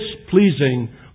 displeasing